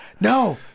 No